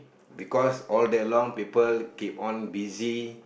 because all day long people keep on busy